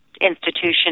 institution